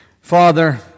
Father